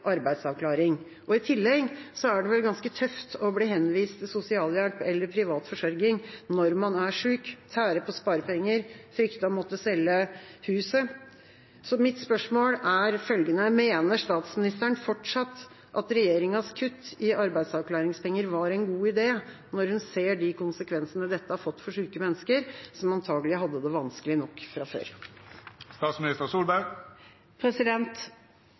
arbeidsavklaring. I tillegg er det vel ganske tøft å bli henvist til sosialhjelp eller privat forsørgelse når man er syk – tære på sparepenger, frykte å måtte selge huset. Mitt spørsmål er følgende: Mener statsministeren fortsatt at regjeringas kutt i arbeidsavklaringspenger var en god idé, når hun ser konsekvensene dette har fått for syke mennesker, som antakelig hadde det vanskelig nok fra